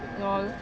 lol